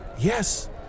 Yes